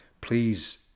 Please